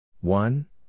One